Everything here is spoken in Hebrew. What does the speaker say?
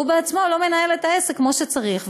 הוא בעצמו לא מנהל את העסק כמו שצריך,